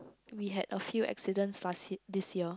we had a few accidents last this year